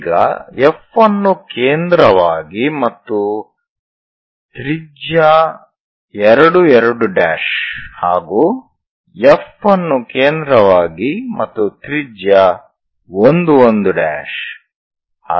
ಈಗ F ಅನ್ನು ಕೇಂದ್ರವಾಗಿ ಮತ್ತು ತ್ರಿಜ್ಯ 2 2 ಹಾಗು F ಅನ್ನು ಕೇಂದ್ರವಾಗಿ ಮತ್ತು ತ್ರಿಜ್ಯ 1 1